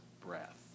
breath